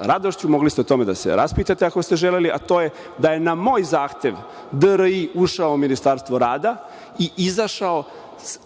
radošću, mogli ste da se raspitate o tome ako želite, a to je da je na moj zahtev DRI ušao u Ministarstvo rada, i izašao sa